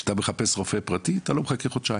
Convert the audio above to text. כשאתה מחפש רופא פרטי, אתה לא מחכה חודשיים.